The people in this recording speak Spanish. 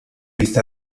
vista